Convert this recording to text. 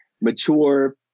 mature